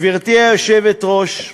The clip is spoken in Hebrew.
גברתי היושבת-ראש,